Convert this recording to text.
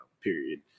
period